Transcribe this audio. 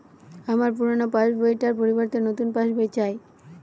আমার পুরানো passbook টার পরিবর্তে নতুন পাশ বই চাই